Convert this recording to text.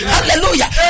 Hallelujah